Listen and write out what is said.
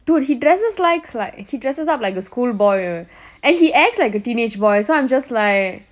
dude he dresses like like he dresses up like a school boy and he acts like a teenage boy so I'm just like